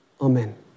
Amen